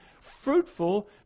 fruitful